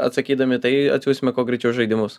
atsakydami į tai atsiųsime kuo greičiau žaidimus